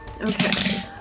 okay